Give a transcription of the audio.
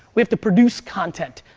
we have to produce content.